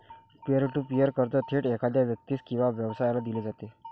pier to peer कर्ज थेट एखाद्या व्यक्तीस किंवा व्यवसायाला दिले जाते